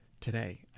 today